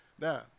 now